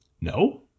No